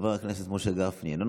חבר הכנסת משה גפני,